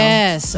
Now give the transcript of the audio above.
Yes